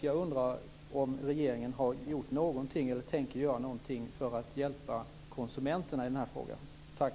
Jag undrar om regeringen har gjort någonting, eller tänker göra någonting för att hjälpa konsumenterna i den här frågan. Tack!